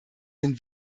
den